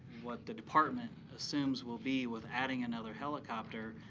what the department assumes will be with adding another helicopter